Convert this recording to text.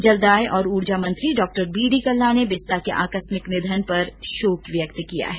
जलदाय और ऊर्जा मंत्री डॉ बी डी कल्ला ने बिस्सा के आकस्मिक निधन पर शोक व्यक्त किया है